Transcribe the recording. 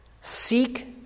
seek